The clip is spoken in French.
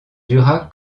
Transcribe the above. dura